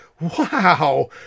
Wow